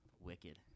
Wicked